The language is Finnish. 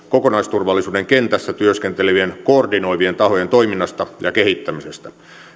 kokonaisturvallisuuden kentässä työskentelevien koordinoivien tahojen toiminnasta ja kehittämisestä